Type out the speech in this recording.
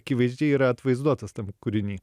akivaizdžiai yra atvaizduotas tam kūriny